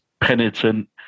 penitent